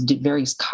various